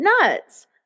nuts